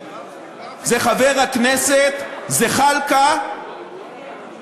חבר הכנסת זחאלקה